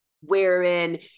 wherein